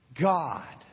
God